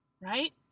right